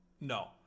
no